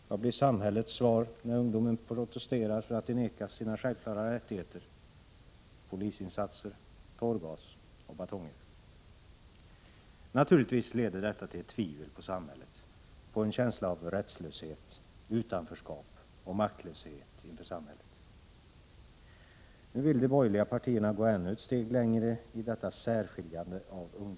Vad blir samhällets svar när ungdomar protesterar för att de vägras sina självklara rättigheter? Polisinsatser, tårgas och batonger! Naturligtvis leder detta till ett tvivel på samhället, till en känsla av rättslöshet, utanförskap och — Prot. 1986/87:130 maktlöshet inför samhället. 25 maj 1987 Nu vill de borgerliga partierna gå ännu ett steg längre i detta särskiljande av ungdomar.